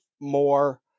more